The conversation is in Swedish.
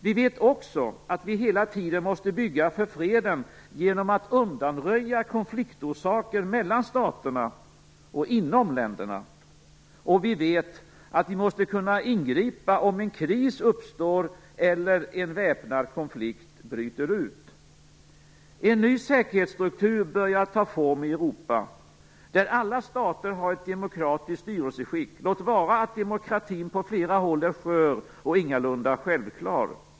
Vi vet också att vi hela tiden måste bygga för freden genom att undanröja konfliktorsaker mellan staterna och inom länderna, och vi vet att vi måste kunna ingripa om en kris uppstår eller en väpnad konflikt bryter ut. En ny säkerhetsstruktur börjar ta form i Europa, där alla stater har ett demokratiskt styrelseskick, låt vara att demokratin på flera håll är skör och ingalunda självklar.